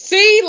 See